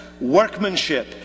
workmanship